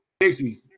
Casey